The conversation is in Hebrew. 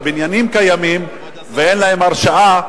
הבניינים קיימים ואין להם הרשאה,